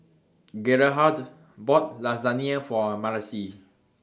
Gerhardt bought Lasagne For Marcie